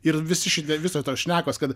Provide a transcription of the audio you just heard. ir visi ši visos tos šnekos kad